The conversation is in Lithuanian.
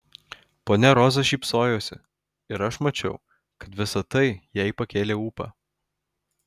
ponia roza šypsojosi ir aš mačiau kad visa tai jai pakėlė ūpą